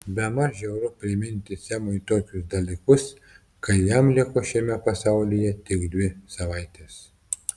bemaž žiauru priminti semui tokius dalykus kai jam liko šiame pasaulyje tik dvi savaitės